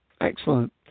Excellent